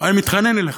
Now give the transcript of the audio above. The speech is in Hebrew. אני מתחנן אליך,